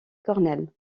cornell